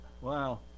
Wow